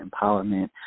empowerment